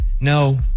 No